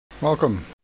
Welcome